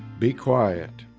be quiet